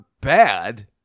bad